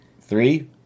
Three